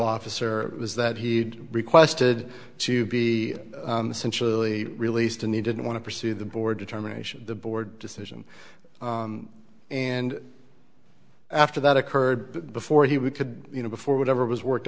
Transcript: officer was that he'd requested to be essentially released and he didn't want to pursue the board determination the board decision and after that occurred before he would could you know before whatever was worked